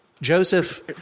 Joseph